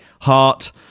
heart